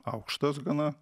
aukštas gana